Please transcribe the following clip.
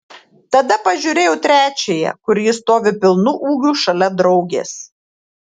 tada pažiūrėjau trečiąją kur ji stovi pilnu ūgiu šalia draugės